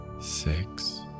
Six